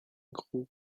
gros